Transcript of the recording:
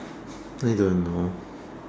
I don't know